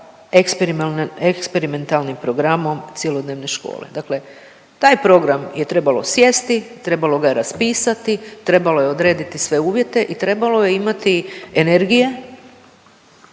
eksperimentalnim programom cjelodnevne škole. Dakle, taj program je trebalo sjesti, trebalo ga je raspisati, trebalo je odrediti sve uvjete i trebalo je imati energije